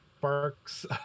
barks